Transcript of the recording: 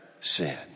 sin